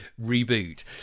reboot